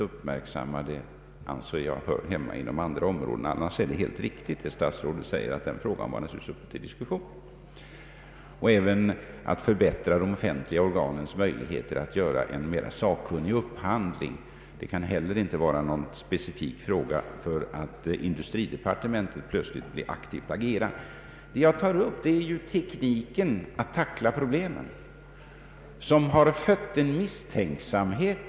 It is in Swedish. Jag anser att dessa frågor hör hemma inom andra områden, men annars är det riktigt, som statsrådet säger, att denna fråga var uppe till diskussion. Problemet att förbättra de offentliga organens möjligheter att göra en mer saklig upphandling kan inte heller vara någon fråga där just industridepartementet plötsligt skall agera aktivt. Det jag tar upp är tekniken för att tackla problemen, som har fött en misstänksamhet.